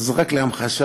אז רק להמחשה.